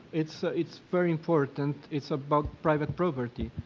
it's it's very important. it's about private property,